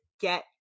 get